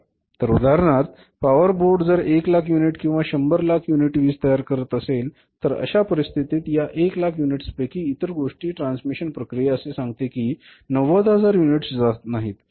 तर उदाहरणार्थ power board जर १ लाख युनिट किंवा १00 लाख युनिट वीज तयार करीत असेल तर अशा परिस्थितीत या एक लाख युनिट्सपैकी इतर गोष्टींमुळे ट्रान्समिशन प्रक्रिया असे सांगते कि ९०००० युनिट्स जात आहेत